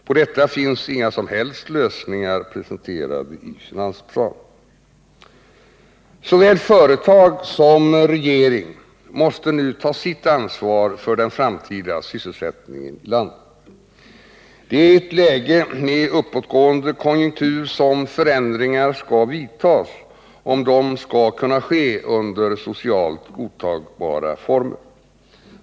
På detta finns inga som helst lösningar presenterade i finansplanen. Såväl företag som regering måste nu ta sitt ansvar för den framtida sysselsättningen i landet. Det är i ett läge med uppåtgående konjunktur som förändringar skall vidtas, om de skall kunna ske under socialt godtagbara former.